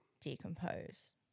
decompose